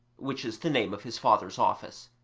which is the name of his father's office.